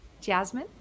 Jasmine